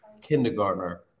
kindergartner